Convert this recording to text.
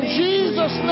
jesus